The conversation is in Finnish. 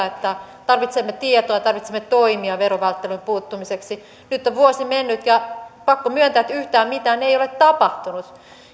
että tarvitsemme tietoa ja tarvitsemme toimia verovälttelyyn puuttumiseksi niin nyt on vuosi mennyt ja on pakko myöntää että yhtään mitään ei ole tapahtunut